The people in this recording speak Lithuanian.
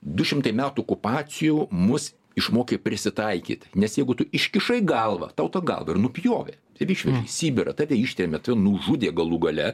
du šimtai metų okupacijų mus išmokė prisitaikyt nes jeigu tu iškišai galvą tau tą galvą ir nupjovė ir išvežė į sibirą tave ištrėmė tave nužudė galų gale